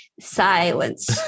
Silence